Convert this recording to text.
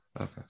Okay